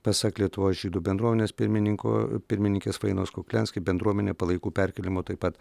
pasak lietuvos žydų bendruomenės pirmininko pirmininkės fainos kukliansky bendruomenė palaikų perkėlimo taip pat